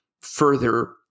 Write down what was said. further